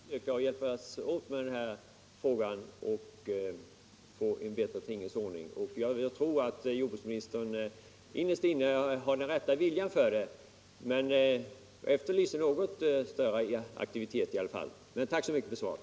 Herr talman! Vi skall försöka hjälpas åt med den här frågan för att få till stånd en bättre tingens ordning. Jag tror att jordbruksministern innerst inne har den rätta viljan för det. Jag efterlyser något större aktivitet. Men tack så mycket för svaret.